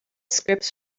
scripts